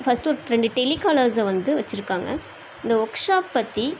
first ஒரு ரெண்டு டெலிகாலர்ஸ்ஸை வந்து வச்சிருக்காங்க இந்த ஒர்க் ஷாப் பற்றி